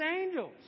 angels